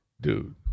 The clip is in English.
Dude